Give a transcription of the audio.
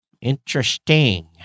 Interesting